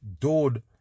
dude